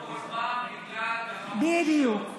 כל פעם בגלל גחמות אישיות, בדיוק.